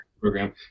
program